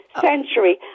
century